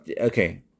okay